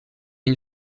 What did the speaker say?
une